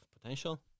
potential